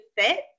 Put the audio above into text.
fit